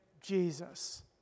Jesus